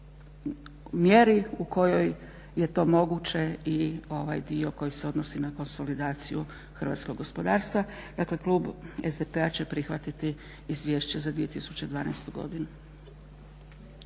u kojoj je to moguće i ovaj dio koji se odnosi na konsolidaciju hrvatskog gospodarstva. Dakle klub SDP-a će prihvatiti izvješće za 2012.godinu.